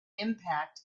impact